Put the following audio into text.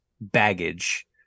baggage